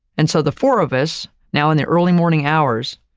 and so, the four of us now in the early morning hours,